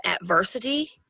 adversity